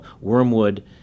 wormwood